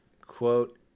Quote